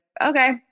okay